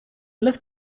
left